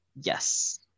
Yes